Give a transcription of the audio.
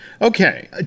Okay